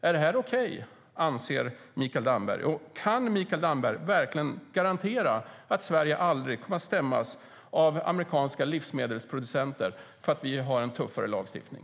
Anser Mikael Damberg att detta är okej? Kan Mikael Damberg verkligen garantera att Sverige aldrig kommer att stämmas av amerikanska livsmedelsproducenter för att vi har en tuffare lagstiftning?